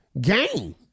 Game